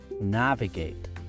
navigate